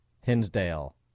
Hinsdale